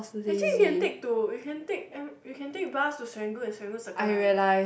actually you can take to you can take m you can take bus to Serangoon and Serangoon Circle Line